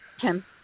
Tim